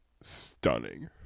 stunning